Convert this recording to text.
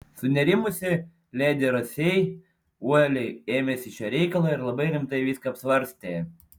sunerimusi ledi rasei uoliai ėmėsi šio reikalo ir labai rimtai viską apsvarstė